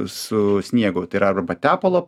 su sniegu tai yra arba tepalo